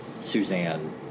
Suzanne